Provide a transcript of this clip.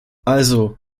also